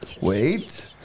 wait